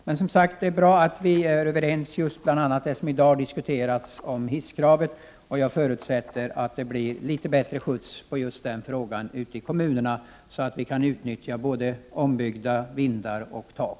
Men det är som sagt bra att vi är överens om bl.a. hisskravet, och jag förutsätter att det blir litet bättre skjuts när det gäller den frågan ute i kommunerna, så att vi kan utnyttja ombyggda vindar och tak.